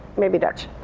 maybe dutch.